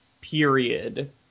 Period